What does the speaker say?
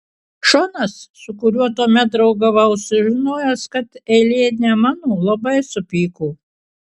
šonas su kuriuo tuomet draugavau sužinojęs kad eilė ne mano labai supyko